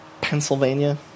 Pennsylvania